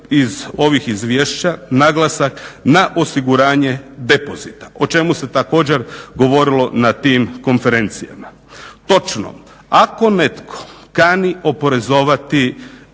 iz ovih izvješća naglasak na osiguranje depozita, o čemu se također govorilo na tim konferencijama. Točno, ako netko kani oporezovati